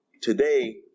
today